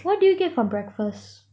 what did you get for breakfast